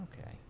Okay